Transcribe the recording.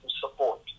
support